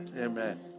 Amen